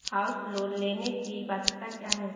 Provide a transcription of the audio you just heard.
House loan लेने की पात्रता क्या है?